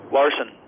Larson